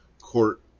court